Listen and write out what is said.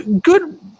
Good